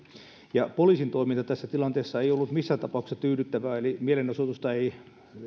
poliisin toiminta tässä tilanteessa ei ollut missään tapauksessa tyydyttävää eli mielenosoitusta ei